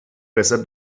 besser